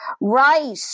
right